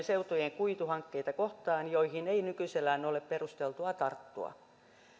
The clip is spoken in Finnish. seutujen kuituhankkeita kohtaan joihin ei nykyisellään ole perusteltua tarttua